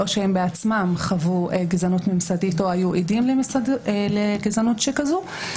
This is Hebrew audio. או שהם בעצמם חוו גזענות ממסדית או שהיו עדים לגזענות שכזאת,